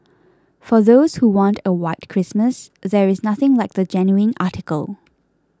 for those who want a white Christmas there is nothing like the genuine article